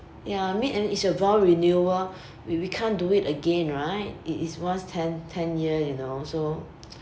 ya I mean and it's a vow renewal we we can't do it again right it is once ten ten year you know so